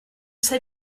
sais